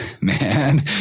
man